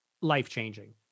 life-changing